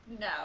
No